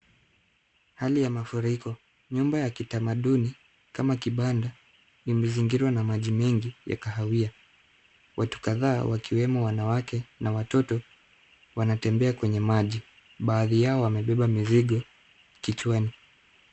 Hali ya mafuriko. Nyumba ya kitamaduni kama kibanda limezingirwa na maji mengi ya kahawia. Watu kadhaa wakiwemo wanawake na watoto wanatembea kwenye maji. Baadhi yao wamebeba mizigo kichwani.